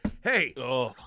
Hey